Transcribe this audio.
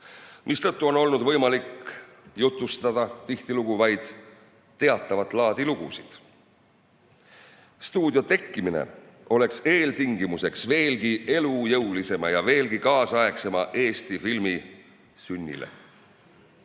mistõttu on olnud võimalik jutustada tihtilugu vaid teatavat laadi lugusid. Stuudio olemasolu oleks eeltingimuseks veelgi elujõulisema ja veelgi kaasaegsema Eesti filmi sünnile.